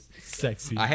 Sexy